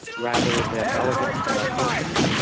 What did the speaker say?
rather than elegant, small portions,